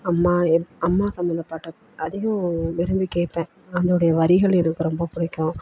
அம்மா என் அம்மா சம்பந்தப்பட்ட அதிகம் விரும்பி கேட்பேன் அதோடைய வரிகள் எனக்கும் ரொம்ப பிடிக்கும்